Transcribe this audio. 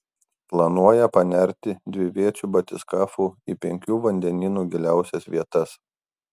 planuoja panerti dviviečiu batiskafu į penkių vandenynų giliausias vietas